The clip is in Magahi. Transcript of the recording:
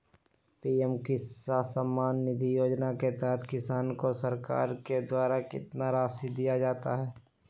पी.एम किसान सम्मान निधि योजना के तहत किसान को सरकार के द्वारा कितना रासि दिया जाता है?